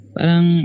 Parang